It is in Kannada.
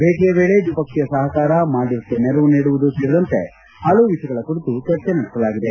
ಭೇಟಿಯ ವೇಳೆ ದ್ವಿಪಕ್ಷೀಯ ಸಹಕಾರ ಮಾಲ್ವೀವ್ಗೆ ನೆರವು ನೀಡುವುದು ಸೇರಿದಂತೆ ಹಲವು ವಿಷಯಗಳ ಕುರಿತು ಚರ್ಚೆ ನಡೆಸಲಾಗಿದೆ